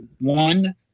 one